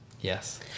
Yes